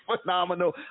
phenomenal